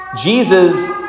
Jesus